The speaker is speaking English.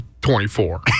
24